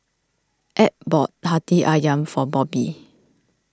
Ab bought Hati Ayam for Bobby